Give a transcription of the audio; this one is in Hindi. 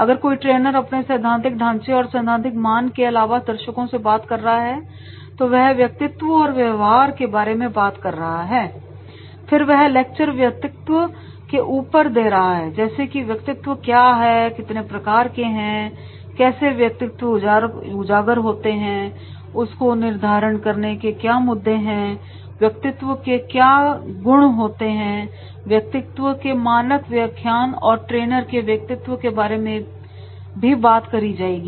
अगर कोई ट्रेनर अपने सैद्धांतिक ढांचा और सैद्धांतिक मान के अलावा दर्शकों से बात कर रहा है तो वह व्यक्तित्व और व्यवहार के बारे में बात कर रहा है फिर वह लेक्चर व्यक्तित्व के ऊपर दे रहा है जैसे कि व्यक्तित्व क्या है कितने प्रकार के हैं कैसे व्यक्तित्व उजागर होते हैं उसको निर्धारण करने के क्या मुद्दे हैं व्यक्तित्व के क्या गुण होते हैं व्यक्तित्व के मानक व्याख्यान और ट्रेनर के व्यक्तित्व के बारे में भी बात करी जाएगी